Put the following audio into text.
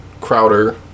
Crowder